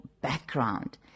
background